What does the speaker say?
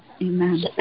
Amen